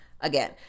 again